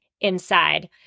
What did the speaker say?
inside